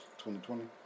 2020